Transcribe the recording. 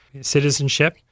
citizenship